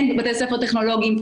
אין בתי ספר טכנולוגיים,